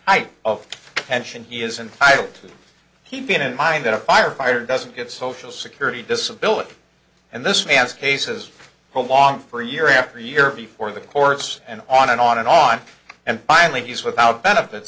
type of pension he is entitled to that he's been in mind that a firefighter doesn't get social security disability and this man's cases along for year after year before the courts and on and on and on and finally these without benefits